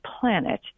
planet